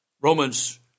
Romans